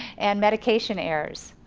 and medication errors.